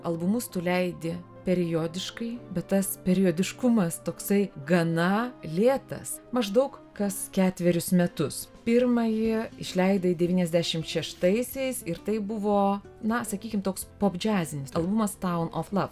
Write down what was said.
albumus tu leidi periodiškai bet tas periodiškumas toksai gana lėtas maždaug kas ketverius metus pirmąjį išleidai devyniasdešim šeštaisiais ir tai buvo na sakykim toks popdžiazinis albumas town of love